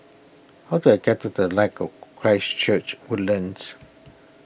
how do I get to the Light of Christ Church Woodlands